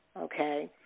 okay